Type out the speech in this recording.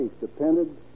depended